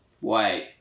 Wait